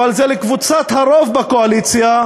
אבל זה לקבוצת הרוב בקואליציה,